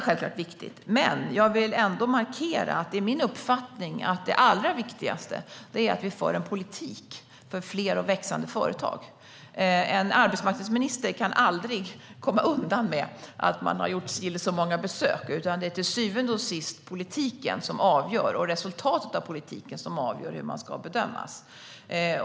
Jag vill dock ändå markera att det allra viktigaste är att vi för en politik för fler och växande företag. En arbetsmarknadsminister kan aldrig komma undan med att hon har gjort si eller så många besök, utan till syvende och sist är det politiken och politikens resultat som avgör hur man ska bedömas.